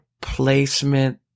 Placement